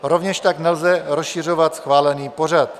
Rovněž tak nelze rozšiřovat schválený pořad.